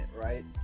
right